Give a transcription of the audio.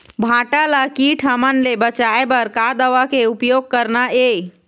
भांटा ला कीट हमन ले बचाए बर का दवा के उपयोग करना ये?